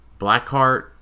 Blackheart